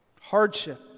hardship